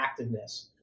activeness